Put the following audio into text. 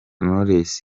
knowless